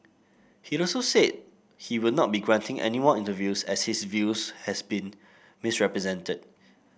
he also said he will not be granting any more interviews as his views had been misrepresented